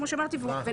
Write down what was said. כמו שאמרתי,